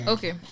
Okay